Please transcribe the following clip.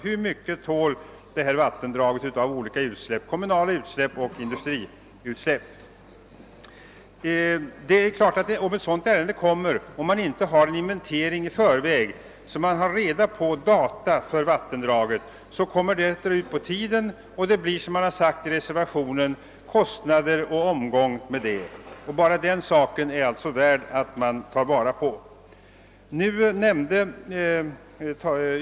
Hur mycket tål detta vattendrag av kommunala utsläpp och av industriutsläpp? Om ett sådant ärende kommer upp och man inte har gjort en inventering i förväg, varigenom data för vattendraget framkommit, kommer det att dra ut på tiden och det blir, som man sagt i reservationen, kostnader och omgång. Enbart den saken är värd att beakta.